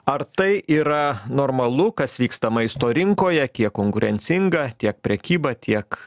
ar tai yra normalu kas vyksta maisto rinkoje kiek konkurencinga tiek prekyba tiek